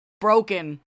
broken